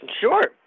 Sure